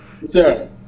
Sir